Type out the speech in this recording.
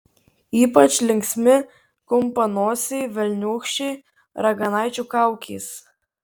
ypač linksmi kumpanosiai velniūkščiai raganaičių kaukės